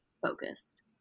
focused